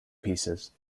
pieces